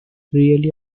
really